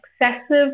excessive